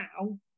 now